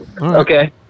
Okay